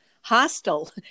hostile